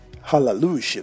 Hallelujah